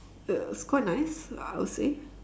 it's quite nice I would say